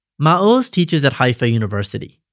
maoz teaches at haifa university,